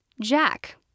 Jack